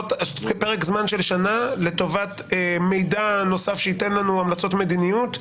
פרק זמן של שנה לטובת מידע נוסף שייתן לנו המלצות מדיניות,